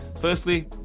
Firstly